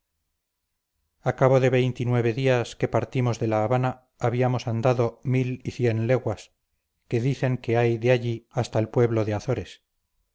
cabo de veinte y nueve días que partimos de la habana habíamos andado mil y cien leguas que dicen que hay de allí hasta el pueblo de azores